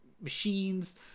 machines